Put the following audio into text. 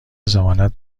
ضمانت